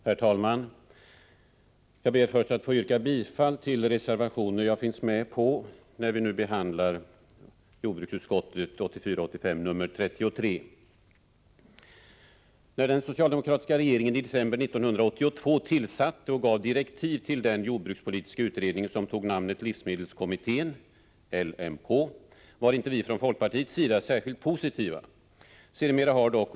Herr talman! Jag ber först att få yrka bifall till de reservationer som jag finns med på i jordbruksutskottets betänkande 1984/85:33. När den socialdemokratiska regeringen i december 1982 tillsatte, och gav direktiv till, den jordbrukspolitiska utredning som tog namnet livsmedelskommittén — LMK -— var inte vi från folkpartiets sida särskilt positiva.